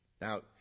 Now